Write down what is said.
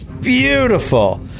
Beautiful